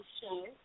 show